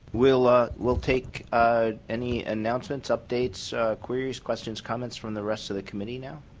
will ah will take any announcements updates queries, questions, comments from the rest of the committee now.